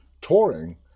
touring